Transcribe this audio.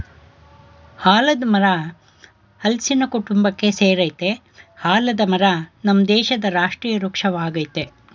ಆಲದ್ ಮರ ಹಲ್ಸಿನ ಕುಟುಂಬಕ್ಕೆ ಸೆರಯ್ತೆ ಆಲದ ಮರ ನಮ್ ದೇಶದ್ ರಾಷ್ಟ್ರೀಯ ವೃಕ್ಷ ವಾಗಯ್ತೆ